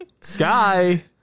Sky